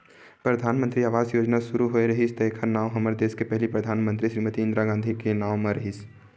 परधानमंतरी आवास योजना सुरू होए रिहिस त एखर नांव हमर देस के पहिली महिला परधानमंतरी श्रीमती इंदिरा गांधी के नांव म रिहिस